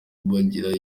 bagira